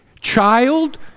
child